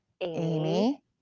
amy